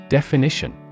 Definition